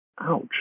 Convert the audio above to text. Ouch